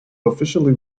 officially